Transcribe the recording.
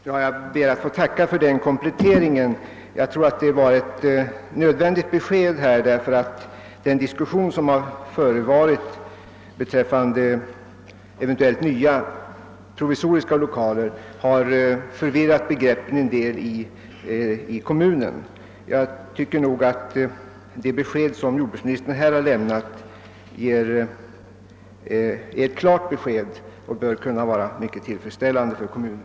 Herr talman! Jag ber att få tacka för statsrådets komplettering. Jag tror att det var ett nödvändigt besked, ty den diskussion som har förevarit beträffande eventuella nya provisoriska lokaler har förvirrat begreppen en del i kommunen. Det besked som jordbruksministern nu har lämnat förefaller mig klart och innebär att skogsinstitutet under några år kan väntas bli kvar i Bispgården.